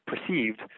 perceived –